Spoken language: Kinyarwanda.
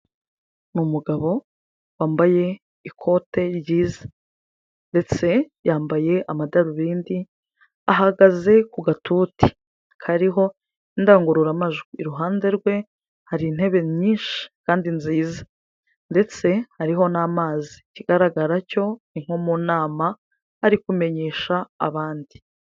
Umugabo wambaye ikote ryiza ndetse yambaye amadarubindi, ahagaze ku gatuti kariho indangururamajwi, iruhande rwe hari intebe nyinshi kandi nziza ndetse hariho n'amazi, ikigaragara cyo ni nko mu nama ari kumenyesha abandi.